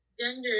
gender